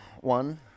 One